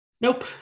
Nope